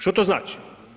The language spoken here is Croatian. Što to znači?